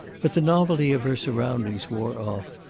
but the novelty of her surroundings wore off.